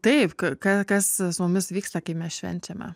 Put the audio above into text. taip ka ka kas su mumis vyksta kai mes švenčiame